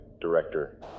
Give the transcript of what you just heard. Director